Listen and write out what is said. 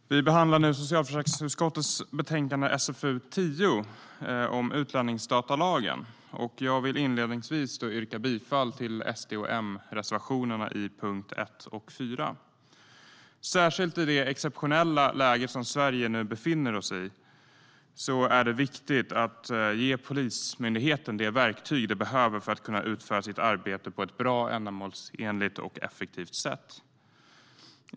Herr talman! Vi behandlar nu socialförsäkringsutskottets betänkande SfU10 om utlänningsdatalagen. Jag vill inledningsvis yrka bifall till SD och M-reservationerna under punkt 1 och 4. Särskilt i det exceptionella läge som Sverige nu befinner sig i är det viktigt att ge Polismyndigheten de verktyg de behöver för att kunna utföra sitt arbete på ett bra, ändamålsenligt och effektivt sätt.